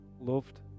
loved